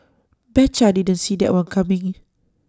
betcha didn't see that one coming